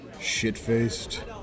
Shit-faced